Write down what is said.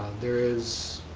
there is,